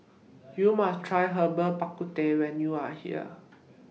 YOU must Try Herbal Bak Ku Teh when YOU Are here